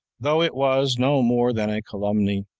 though it was no more than a calumny,